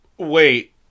wait